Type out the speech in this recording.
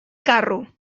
carro